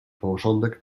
porządek